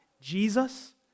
Jesus